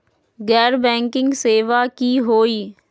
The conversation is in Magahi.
गैर बैंकिंग सेवा की होई?